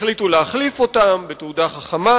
החליטו להחליף אותן בתעודה חכמה,